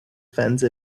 fence